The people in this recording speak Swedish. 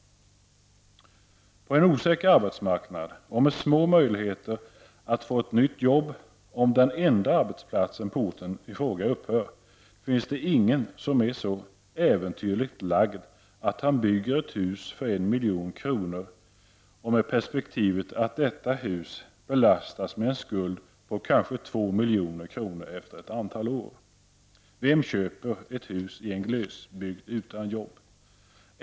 På en osäker arbetsmarknad och med små möjligheter att få ett nytt jobb om den enda arbetsplatsen på orten i fråga upphör, finns det ingen som är så äventyrligt lagd att han bygger ett hus för en miljon kronor och med perspektivet att detta hus belastas med en skuld på kanske två miljoner kronor efter ett antal år. Vem köper ett hus i en glesbygd utan jobb?